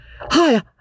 Hi